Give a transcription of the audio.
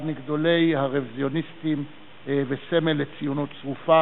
אחד מגדולי הרוויזיוניסטים וסמל לציונות צרופה